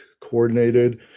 coordinated